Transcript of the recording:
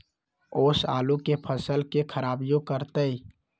ओस आलू के फसल के खराबियों करतै?